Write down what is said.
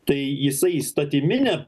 tai jisai įstatymine